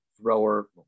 thrower